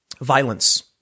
violence